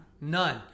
None